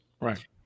Right